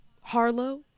Harlow